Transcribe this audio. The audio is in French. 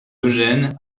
eugene